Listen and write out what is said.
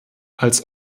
als